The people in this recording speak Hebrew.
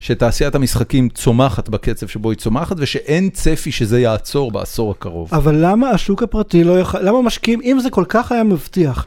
שתעשיית המשחקים צומחת בקצב שבו היא צומחת, ושאין צפי שזה יעצור בעשור הקרוב. אבל למה השוק הפרטי, למה משקיעים, אם זה כל כך היה מבטיח.